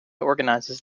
organizes